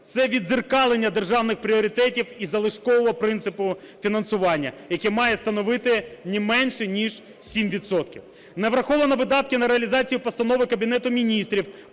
Це віддзеркалення державних пріоритетів і залишкового принципу фінансування, яке має становити не менше, ніж 7 відсотків. Не враховано видатки на реалізацію Постанови Кабінету Міністрів